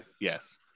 yes